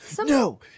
No